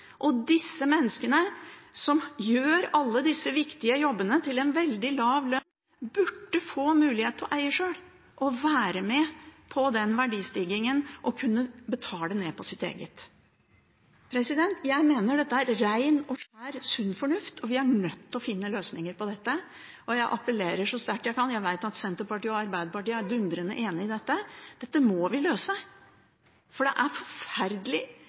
Disse menneskene, som gjør alle disse viktige jobbene til en veldig lav lønn, burde få mulighet til å eie sjøl og være med på den verdistigningen og kunne betale ned på sitt eget. Jeg mener dette er ren og skjær sunn fornuft, og vi er nødt til å finne løsninger på dette. Jeg appellerer så sterkt jeg kan. Jeg vet at Senterpartiet og Arbeiderpartiet er dundrende enig i dette. Dette må vi løse, for det er forferdelig